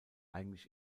eigentlich